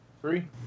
Three